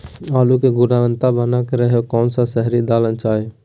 आलू की गुनबता बना रहे रहे कौन सा शहरी दलना चाये?